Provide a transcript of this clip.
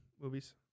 movies